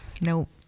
Nope